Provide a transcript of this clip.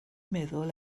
meddwl